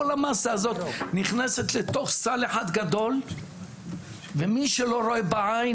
כל המסה הזאת נכנסת לתוך סל אחד גדול ומי שלא רואה בעין,